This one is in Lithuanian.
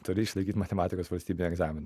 turi išlaikyt matematikos valstybinį egzaminą